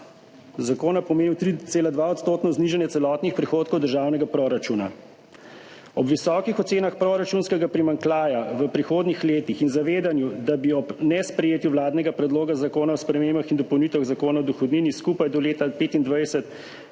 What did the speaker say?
zakona pomenil 3,2-odstotno znižanje celotnih prihodkov državnega proračuna ob visokih ocenah proračunskega primanjkljaja v prihodnjih letih in zavedanju. Da bi ob nesprejetju vladnega Predloga zakona o spremembah in dopolnitvah Zakona o dohodnini skupaj do leta 2025